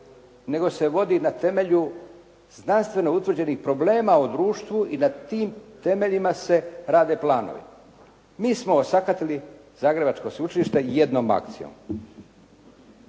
nego se vodi na temelju znanstveno utvrđenih problema u društvu i na tim temeljima se rade planovi. Mi smo osakatili Zagrebačko sveučilište jednom akcijom.